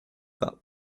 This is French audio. pas